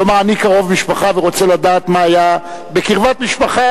כלומר, אני קרוב משפחה ורוצה לדעת, בקרבת משפחה